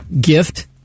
gift